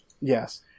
Yes